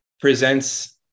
presents